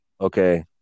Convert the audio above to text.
Okay